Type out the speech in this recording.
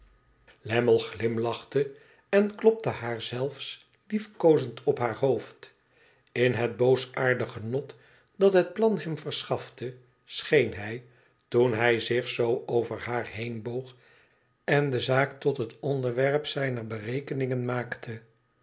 lammie glimlachte en klopte haar zelfs lief koozend op haar hoofd in het boosaardig genot dat het plan hem verschafte scheen hij toen hij zich zoo over haar heen boog en de zaak tot het onderwerp zijner berekeningen maakte